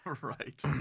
Right